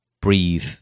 breathe